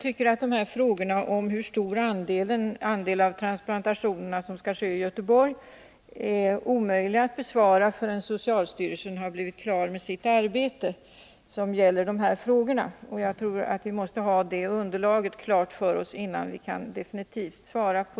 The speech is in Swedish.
Herr talman! Frågan om hur stor andel av transplantationerna som skall ske i Göteborg är enligt min mening omöjlig att besvara förrän socialstyrelsen har blivit klar med sitt arbete. Vi måste alltså ha det underlaget innan vi kan lämna ett definitivt svar.